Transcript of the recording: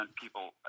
people